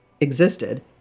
existed